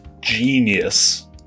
genius